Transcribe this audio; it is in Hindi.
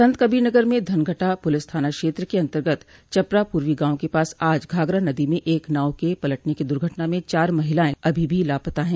संतकबीरनगर में धनघटा पुलिस थाना क्षेत्र के अन्तर्गत चपरा पूर्वी गांव के पास आज घाघरा नदी में एक नाव के पलटने की दुर्घटना में चार महिलायें अभी भी लापता हैं